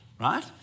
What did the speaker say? Right